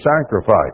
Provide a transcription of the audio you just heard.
sacrifice